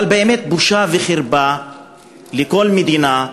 אבל באמת, בושה וחרפה לכל מדינה,